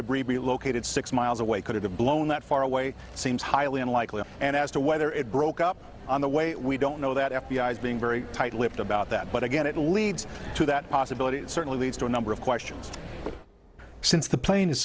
debris be located six miles away could it have blown that far away seems highly unlikely and as to whether it broke up on the way we don't know that f b i is being very tightlipped about that but again it leads to that possibility it certainly leads to a number of questions since the plane is